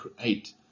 create